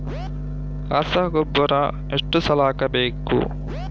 ರಸಗೊಬ್ಬರ ಎಷ್ಟು ಸಲ ಹಾಕಬೇಕು?